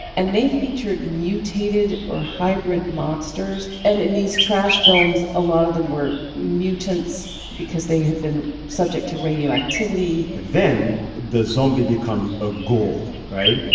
and they featured mutated or hybrid monsters. and in these trash films, a lot of them were mutants because they had been subject to radioactivity then the zombie becomes a ghoul right?